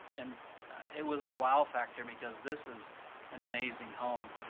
and it was a wow factor because this is an amazing home.